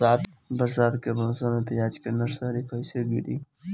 बरसात के मौसम में प्याज के नर्सरी कैसे गिरी?